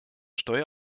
steuer